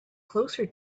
closer